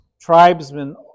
tribesmen